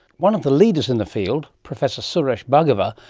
one of the leaders in the field, professor suresh bhargava,